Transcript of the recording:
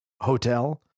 hotel